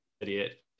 idiot